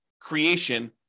creation